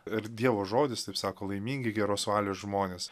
ir dievo žodis taip sako laimingi geros valios žmonės